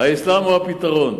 האסלאם הוא הפתרון.